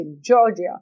Georgia